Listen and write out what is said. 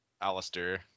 Alistair